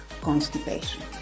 constipation